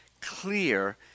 clear